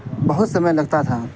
بہت سمے لگتا تھا